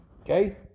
Okay